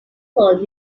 called